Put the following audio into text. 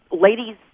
ladies